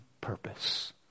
purpose